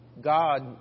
God